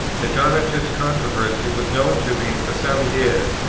the donatist controversy was known to me for some years,